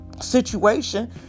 situation